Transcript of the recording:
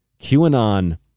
QAnon